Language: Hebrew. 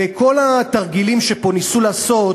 וכל התרגילים שפה ניסו לעשות,